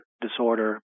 disorder